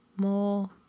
More